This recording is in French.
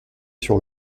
sur